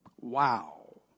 Wow